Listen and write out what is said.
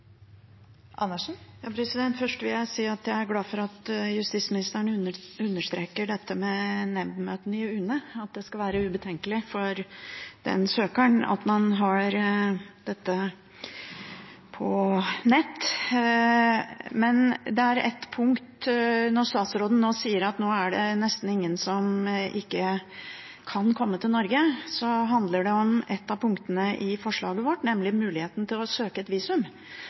Først vil jeg si at jeg er glad for at justisministeren understreker dette med nemndmøtene i UNE, at det skal være ubetenkelig for søkeren, at man har dette på nett. Men når statsråden sier at nå er det nesten ingen som ikke kan komme til Norge, handler det om et av punktene i forslaget vårt, nemlig muligheten til å søke visum, for det er veldig vanskelig. Når mottak av visum